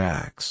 Tax